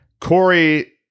Corey